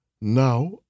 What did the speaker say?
Now